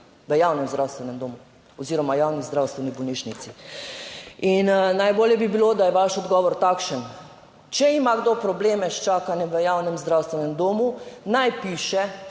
v javnem zdravstvenem domu oziroma javni zdravstveni bolnišnici. In najbolje bi bilo, da je vaš odgovor takšen, če ima kdo probleme s čakanjem v javnem zdravstvenem domu, naj piše